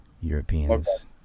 Europeans